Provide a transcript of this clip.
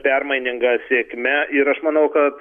permaininga sėkme ir aš manau kad